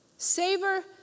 Savor